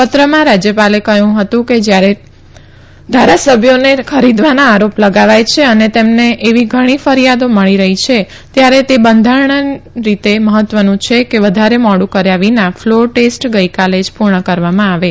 પત્રમાં રાજયપાલે કહ્યું કે જયારે ધારાસભ્યોને ખરીદવાના આરોપ લગાવાય છે અને તેમને એવી ઘણી ફરીયદો મળી રહી છે ત્યારે તે બંધારણીય રીતે મહત્વનું છે કે વધારે મોડુ કર્યા વિના ફલોર ટેસ્ટ ગઈકાલે જ પુર્ણ કરવામાં આવશે